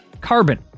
Carbon